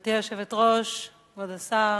גברתי היושבת-ראש, כבוד השר,